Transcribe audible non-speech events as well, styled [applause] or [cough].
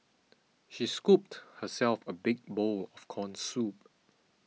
[noise] she scooped herself a big bowl of Corn Soup [noise]